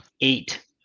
eight